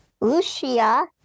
Lucia